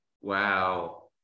Wow